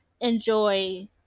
enjoy